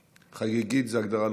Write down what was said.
"חגיגית" זו ההגדרה?